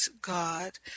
God